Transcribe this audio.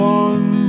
one